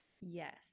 Yes